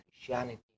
Christianity